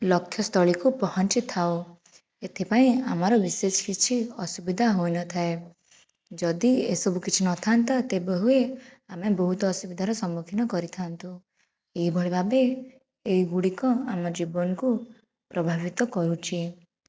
ଲକ୍ଷ୍ୟସ୍ଥଳୀକୁ ପହଞ୍ଚିଥାଉ ଏଇଥିପାଇଁ ଆମର ବିଶେଷ କିଛି ଅସୁବିଧା ହୋଇନଥାଏ ଯଦି ଏସବୁ କିଛି ନଥାଆନ୍ତା ତେବେ ହୁଏ ଆମେ ବହୁତ ଅସୁବିଧା ସମ୍ମୁଖୀନ କରିଥାଆନ୍ତୁ ଏହିଭଳି ଭାବେ ଏହି ଗୁଡ଼ିକ ଆମ ଜୀବନକୁ ପ୍ରଭାବିତ କରୁଛି